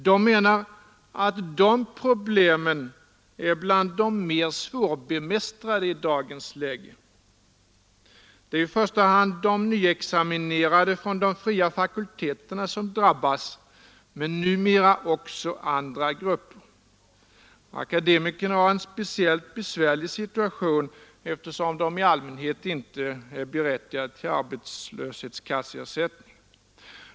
De menar att problemen är bland de mer svårbemästrade i dagens läge. Det är i första hand de nyexaminerade från de fria fakulteterna som drabbas men numera också andra grupper. Akademiker har en speciellt besvärlig situation, eftersom de i allmänhet inte är berättigade till arbetslöshetskasseersättning.